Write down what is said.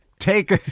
Take